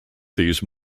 these